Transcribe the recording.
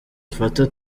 mfata